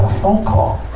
phone call.